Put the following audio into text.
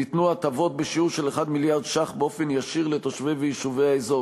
ניתנו הטבות בשיעור של מיליארד ש"ח באופן ישיר לתושבי ויישובי האזור,